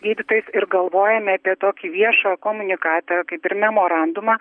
gydytojais ir galvojame apie tokį viešą komunikatą kaip ir memorandumą